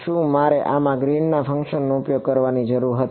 શું મારે આમાં ગ્રીન ફંક્શનનો ઉપયોગ કરવાની જરૂર હતી